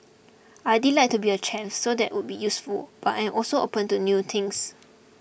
I'd like to be a chef so that would be useful but I'm also open to new things